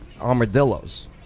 Armadillos